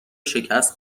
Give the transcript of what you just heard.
شکست